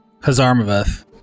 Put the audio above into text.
Hazarmaveth